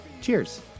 Cheers